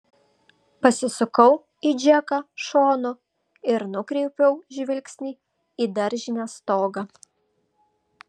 pasisukau į džeką šonu ir nukreipiau žvilgsnį į daržinės stogą